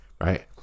right